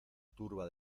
turba